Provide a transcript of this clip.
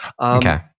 Okay